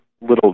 little